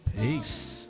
Peace